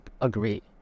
agree